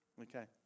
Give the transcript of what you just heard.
Okay